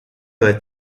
los